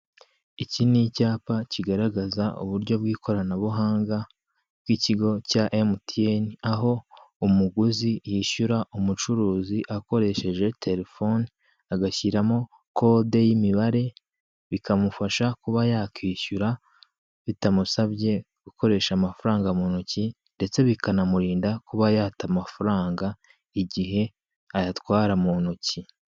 Icyi ni icyapa cyigaragaza uburyo bwikorana buhanga bw'ikigo cya emutiyene, aho umuguzi yishyura umucuruzi akoresheje telephone agashyiramo kode y'imibare bikamufasha kuba yakwishyura bitamusabye gukoresha amafaranga mu intoki, ndetse bikamurinda kuba yata amafaranga igihe ayatwara mu intoki.